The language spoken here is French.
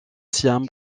siam